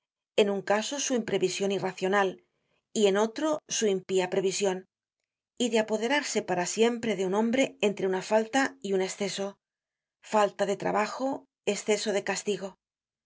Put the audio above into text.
en un caso su imprevision irracional y en otro su impía prevision y de apoderarse para siempre de un hombre entre una falta y un esceso falta de trabajo esceso de castigo